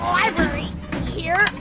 library here